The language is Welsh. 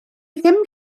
ddim